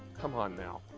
come on now.